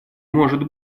может